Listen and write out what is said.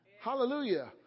Hallelujah